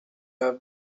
have